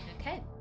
Okay